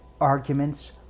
arguments